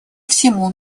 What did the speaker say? всему